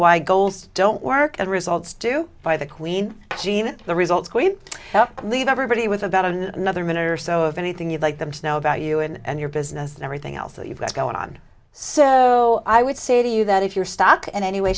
why goals don't work and results do buy queen jeanne the result is going to leave everybody with about another minute or so of anything you'd like them to know about you and your business and everything else that you've got going on so i would say to you that if you're stuck in any way